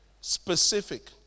specific